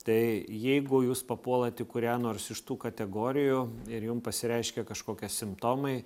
tai jeigu jūs papuolat į kurią nors iš tų kategorijų ir jum pasireiškia kažkokie simptomai